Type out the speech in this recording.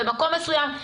במקום מסוים.